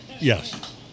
Yes